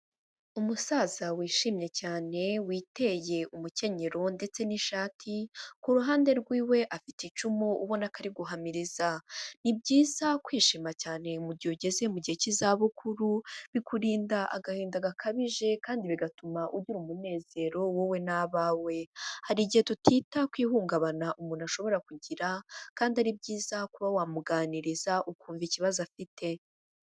Umusaza wishimye cyane witeye umukenyero ndetse n'ishati, ku ruhande rw'iwe afite icumu ubona ko ari guhamiriza. Ni byiza kwishima cyane mu gihe ugeze mu gihe cy'izabukuru, bikurinda agahinda gakabije kandi bigatuma ugira umunezero wowe n’abawe, hari igihe tutita ku ihungabana umuntu ashobora kugira kandi ari byiza kuba wamuganiriza ukumva ikibazo afite.